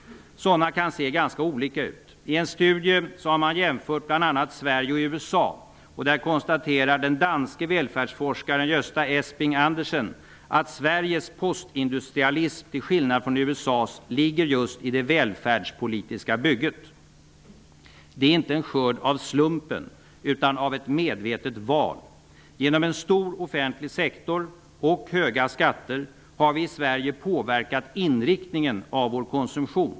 Sådana kan se ganska olika ut. I en studie där man jämför bl.a. Sverige och USA konstaterar den danske välfärdsforskaren Gösta Esping-Andersen att Sveriges postindustrialism till skillnad från USA:s just ligger i det välfärdspolitiska bygget. Det är inte en skörd av slumpen utan av ett medvetet val. Genom en stor offentlig sektor och höga skatter har vi i Sverige påverkat inriktningen av vår konsumtion.